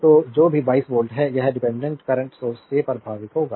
तो जो भी 22 वोल्ट है वह इस डिपेंडेंट करंट सोर्स से प्रभावित होगा